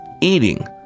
eating